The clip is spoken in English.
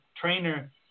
trainer